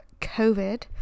COVID